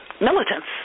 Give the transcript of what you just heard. militants